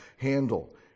handle